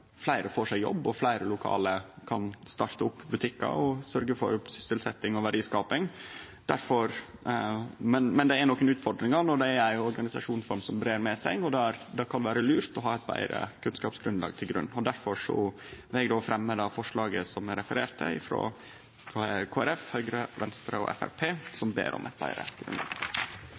fleire får seg jobb og fleire lokale kan starte opp butikkar og sørgje for sysselsetjing og verdiskaping. Men det er nokre utfordringar når dei er i ein organisasjonsform som breier seg. Det kan vere lurt å ha eit betre kunnskapsgrunnlag. Difor vil eg ta opp forslaget som eg refererte til, frå Kristeleg Folkeparti, Høgre, Venstre og Framstegspartiet. Representanten Tore Storehaug har teke opp det forslaget han refererte til.